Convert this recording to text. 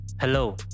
Hello